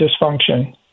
dysfunction